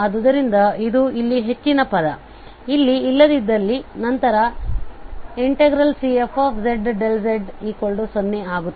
ಆದ್ದರಿಂದ ಇದು ಇಲ್ಲಿ ಹೆಚ್ಚಿನ ಪದ ಇದು ಇಲ್ಲಿ ಇಲ್ಲದ್ದಿದಲ್ಲಿ ನಂತರ Cfzdz0 ಆಗುತ್ತದೆ